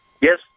Yes